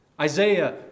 Isaiah